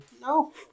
No